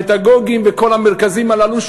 הפדגוגים וכל המרכזים הללו,